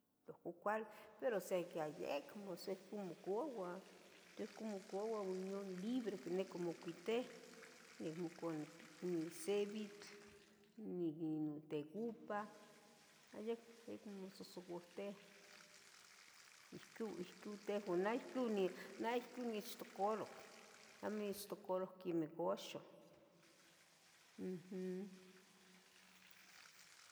tlahco cuali pero sihca yec, sihca mocuauah, ictouh mocuaua unión libre quiniqui mocuitiah neh mocua ni. ni sebitla, ni notegupah am yec mososouatiah ihuco ihcu teh neh ihco nah ihco unichtocaroc neh amo onechtocaru quemeh uxa umm.